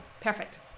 Perfect